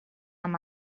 amb